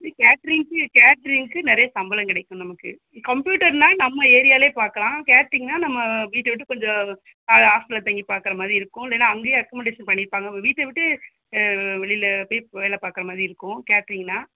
கேட்ரீங்குக்கு கேட்ரீங்குக்கு நிறைய சம்பளம் கெடைக்கும் நமக்கு கம்ப்யூட்டர்னால் நம்ம ஏரியாலையே பார்க்கலாம் கேட்ரீங்னால் நம்ம வீட்டை விட்டு கொஞ்சம் ஹா ஹாஸ்டலில் தங்கி பார்க்குற மாதிரி இருக்கும் இல்லைன்னா அங்கேயே அக்கமொடேஷன் பண்ணியிருப்பாங்க வீட்டை விட்டு வெளியில் போய் வேலை பார்க்குற மாதிரி இருக்கும் கேட்ரீங்னால்